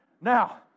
Now